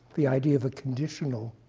the idea of a conditional